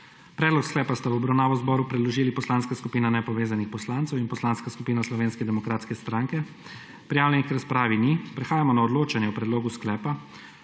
Predlog sklepa ste v obravnavo zboru predložili Poslanska skupina Nepovezanih poslancev in Poslanska skupina Slovenske demokratske stranke. Prijavljenih k razpravi ni. Prehajamo na odločanje o predlogu sklepa,